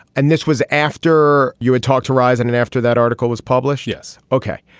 and this was after you had talked to rise and and after that article was published. yes. okay.